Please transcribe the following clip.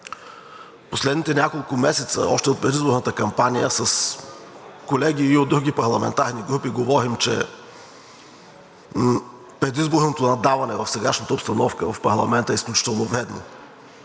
Последните няколко месеца още от предизборната кампания с колеги от други парламентарни групи говорим, че предизборното наддаване в сегашната обстановка в парламента е изключително вредно,